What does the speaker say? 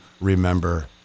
remember